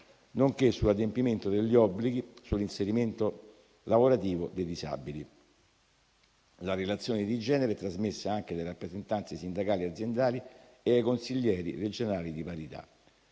nonché sull'adempimento degli obblighi sull'inserimento lavorativo dei disabili. La relazione di genere è trasmessa anche alle rappresentanze sindacali e aziendali e ai consiglieri regionali di parità.